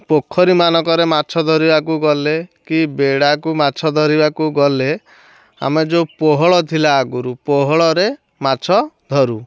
ପୋଖରୀମାନଙ୍କରେ ମାଛ ଧରିବାକୁ ଗଲେ କି ବେଡ଼ାକୁ ମାଛ ଧରିବାକୁ ଗଲେ ଆମେ ଯୋ ପୋହଳ ଥିଲା ଆଗରୁ ପୋହଳରେ ମାଛ ଧରୁ